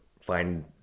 find